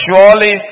Surely